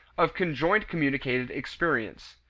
of conjoint communicated experience.